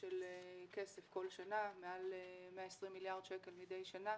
של כסף כל שנה - מעל 120 מיליארד שקלים מדי שנה